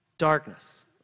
Darkness